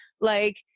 like-